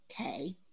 okay